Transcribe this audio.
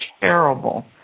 terrible